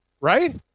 right